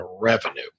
revenue